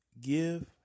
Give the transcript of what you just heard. give